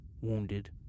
wounded